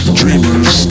dreamers